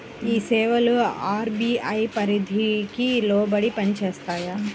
ఈ సేవలు అర్.బీ.ఐ పరిధికి లోబడి పని చేస్తాయా?